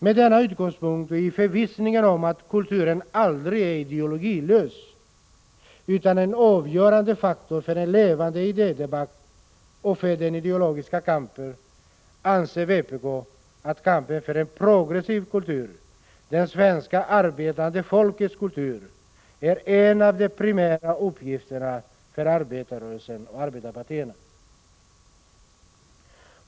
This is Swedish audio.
Med denna utgångspunkt, och i förvissningen om att kulturen aldrig är ideologilös utan en avgörande faktor för en levande idédebatt och för den ideologiska kampen, anser vpk att kampen för en progressiv kultur, det svenska arbetande folkets kultur, är en av de primära uppgifterna för arbetarrörelsen och arbetarpartierna.